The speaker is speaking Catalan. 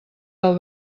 del